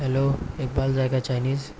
hello Iqbal ذائقہ Chinese